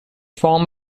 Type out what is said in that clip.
form